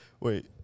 Wait